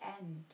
end